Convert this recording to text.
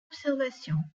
observation